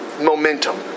momentum